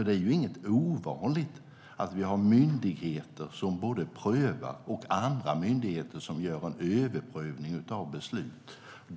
Det är inget ovanligt att vi har myndigheter som prövar och andra myndigheter som gör en överprövning av beslut.